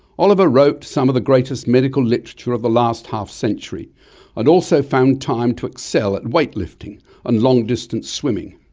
oliver wrote some of the greatest medical literature of the last half-century and also found time to excel at weightlifting and long distance swimming.